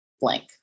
blank